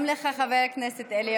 חברת הכנסת מיכל, סיימנו.